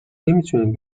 نمیتونین